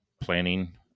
planning